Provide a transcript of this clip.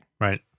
Right